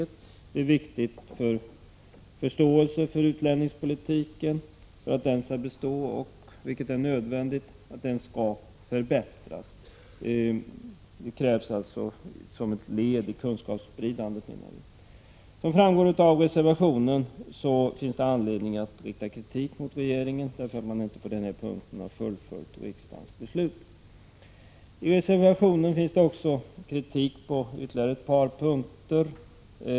Det är viktigt för att förståelsen för utlänningspolitiken skall bestå, vilket är nödvändigt, och för att den skall förbättras. Det krävs alltså som ett led i kunskapsspridandet, menar vi. Som framgår av reservationen finns det anledning att rikta kritik mot regeringen för att den på den här punkten inte har fullföljt riksdagens beslut. I reservationen finns det också kritik på ytterligare ett par punkter.